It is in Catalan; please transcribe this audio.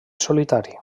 solitari